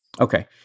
Okay